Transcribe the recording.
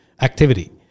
Activity